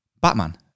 Batman